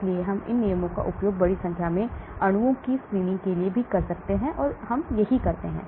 इसलिए हम इन नियमों का उपयोग बड़ी संख्या में अणुओं की स्क्रीनिंग के लिए भी कर सकते हैं यही हम करते हैं